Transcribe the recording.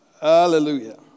Hallelujah